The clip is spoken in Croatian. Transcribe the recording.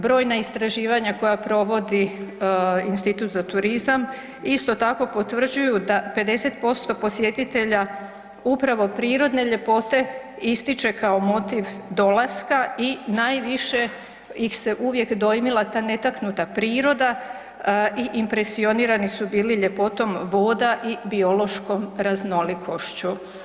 Brojna istraživanja koja provodi Institut za turizam isto tako potvrđuju da 50% posjetitelja upravo prirodne ljepote ističe kao motiv dolaska i najviše ih se uvijek dojmila ta netaknuta priroda i impresionirani su bili ljepotom voda i biološkom raznolikošću.